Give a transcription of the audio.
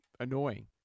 Annoying